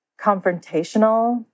confrontational